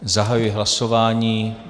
Zahajuji hlasování.